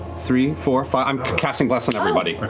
three, four, five, i'm casting bless on everybody. like